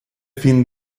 fin